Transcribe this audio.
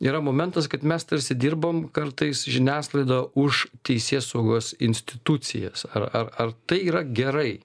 yra momentas kad mes tarsi dirbam kartais žiniasklaida už teisėsaugos institucijas ar ar ar tai yra gerai